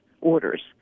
orders